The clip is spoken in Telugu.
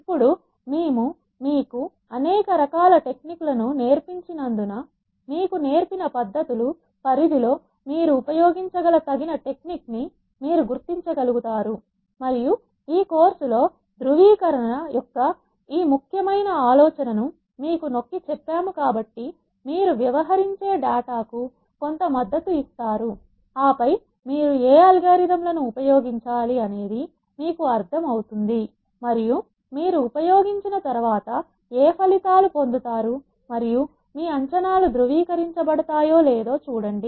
ఇప్పుడు మేము మీకు అనేక రకాల టెక్నిక్ లను నేర్పించి నందున మీకు నేర్పిన పద్దతులు పరిధి లో మీరు ఉపయోగించగల తగిన టెక్నిక్ నీ మీరు గుర్తించగలుగుతారు మరియు ఈ కోర్సులో ధ్రువీకరణ యొక్క ఈ ముఖ్యమైన ఆలోచనను మీకు నొక్కి చెప్పాము కాబట్టి మీరు వ్యవహరించే డాటా కు కొంత మద్దతు ఇస్తారు ఆపై మీరు ఏ అల్గోరిథం లను ఉపయోగించాలి అనేది మీకు అర్థం అవుతుంది మరియు మీరు ఉపయోగించిన తర్వాత ఏ ఫలితాలు పొందుతారు మరియు మీ అంచనాలు ధృవీకరించబడతాయో లేదో చూడండి